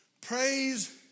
Praise